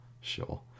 sure